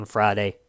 Friday